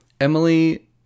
Emily